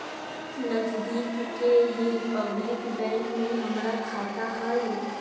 नजदिके के ही पब्लिक बैंक में हमर खाता हई